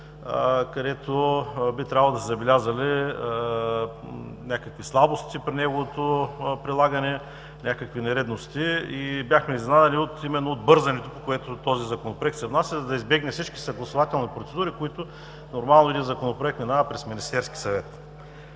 където би трябвало да сте забелязали някакви слабости при неговото прилагане, някакви нередности. Бяхме изненадани именно от бързането, с което този Законопроект се внася, за да избегне всички съгласувателни процедури, през които е нормално един Законопроект да минава през Министерския съвет.